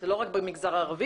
זה לא רק במגזר הערבי.